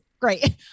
great